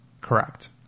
Correct